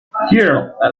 here